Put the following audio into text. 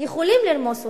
יכולים לרמוס אותם.